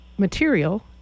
Material